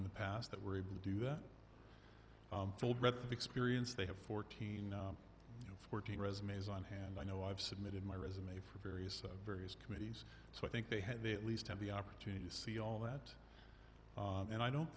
in the past that we're able to do that told record experience they have fourteen and fourteen resumes on hand i know i've submitted my resume for various of various committees so i think they had they at least have the opportunity to see all that and i don't